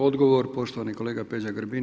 Odgovor, poštovani kolega Peđa Grbin.